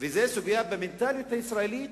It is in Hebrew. וזו סוגיה במנטליות הישראלית,